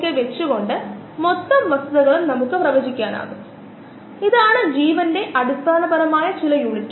അതിനാൽ ഇവിടെ എഴുതിയ പൈറനോസ് രൂപമാണിത് തുടർന്ന് മറ്റ് ഗ്ലൂക്കോസ് തന്മാത്രകളുമായി ഈ രീതിയിൽ ബന്ധിപ്പിച്ചിരിക്കുന്നു ഇത് അമിലോസ് എന്നറിയപ്പെടുന്ന അന്നജത്തിന്റെ ഒരു രൂപമാണ്